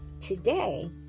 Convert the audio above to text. today